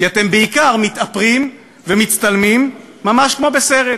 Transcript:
כי אתם בעיקר מתאפרים ומצטלמים, ממש כמו בסרט,